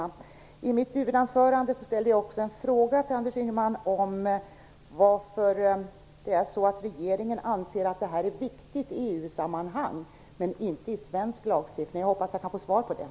Jag ställde i mitt huvudanförande en fråga till Anders Ygeman om varför regeringen anser att detta är viktigt i EU-sammanhang men inte i svensk lagstiftning. Jag hoppas att jag kan få svar på den.